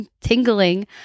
tingling